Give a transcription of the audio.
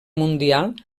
mundial